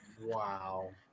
Wow